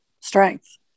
strength